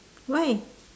why